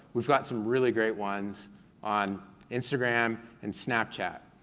we've got some really great ones on instagram and snapchat.